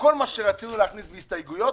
שכל מה שרצינו להכניס בהסתייגויות,